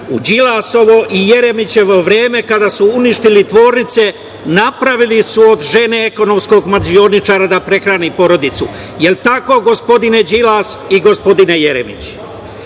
U Đilasovo i Jeremićevo vreme kada su uništili tvornice, napravili su od žene ekonomskom mađioničara da prehrani porodicu. Jel, tako gospodine Đilas i gospodine Jeremić?